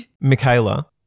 Michaela